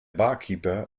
barkeeper